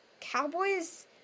Cowboys